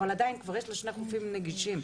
אבל יש כבר שני חופים נגישים.